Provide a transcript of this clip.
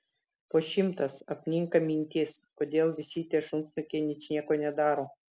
po šimtas apninka mintys kodėl visi tie šunsnukiai ničnieko ne daro